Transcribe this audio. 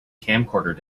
camcorder